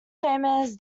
famous